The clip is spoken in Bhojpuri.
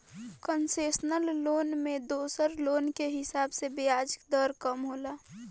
कंसेशनल लोन में दोसर लोन के हिसाब से ब्याज दर कम होला